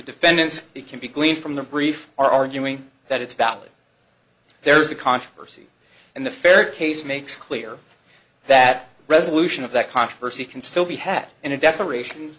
defendants it can be gleaned from the brief arguing that it's valid there's the controversy and the fair case makes clear that resolution of that controversy can still be had in a declaration